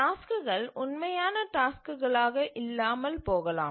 டாஸ்க்குகள் உண்மையான டாஸ்க்குகளாக இல்லாமல் போகலாம்